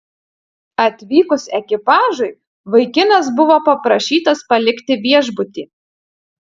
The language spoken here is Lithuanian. atvykus ekipažui vaikinas buvo paprašytas palikti viešbutį